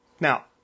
Now